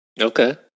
Okay